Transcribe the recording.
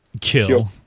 kill